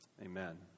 Amen